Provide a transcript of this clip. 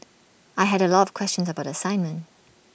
I had A lot of questions about the assignment